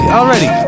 already